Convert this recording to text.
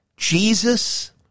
Jesus